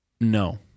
No